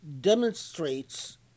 demonstrates